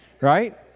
right